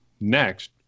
next